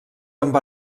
amb